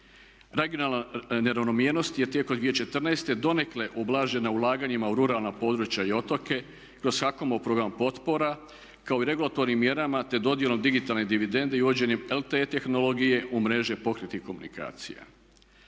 Regionalna neravnomjernost je tijekom 2014.donekle ublažena ulaganjima u ruralna područja i otoke kroz HAKOM-ov program potpora kao i regulatornim mjerama te dodjelom digitalne dividende i uvođenjem LTE tehnologije u mreže pokretnih komunikacija.